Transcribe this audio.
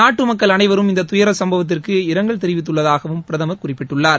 நாட்டுமக்கள் அனைவரும் இந்ததுயரசம்பவத்திற்கு இரங்கல் தெரிவித்துள்ளதாகவும் பிரதமா் குறிப்பிட்டுள்ளார்